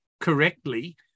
correctly